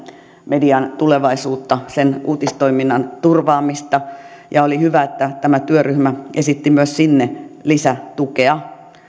median tulevaisuutta sen uutistoiminnan turvaamista ja oli hyvä että tämä työryhmä esitti myös sinne lisätukea